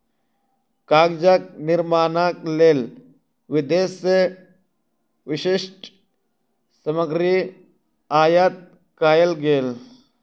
कागजक निर्माणक लेल विदेश से विशिष्ठ सामग्री आयात कएल गेल